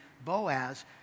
Boaz